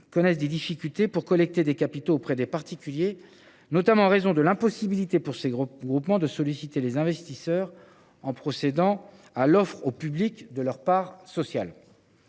moins que des difficultés subsistent pour collecter des capitaux auprès des particuliers, notamment en raison de l’impossibilité pour ces groupements de solliciter les investisseurs en procédant à l’offre au public de leurs parts sociales.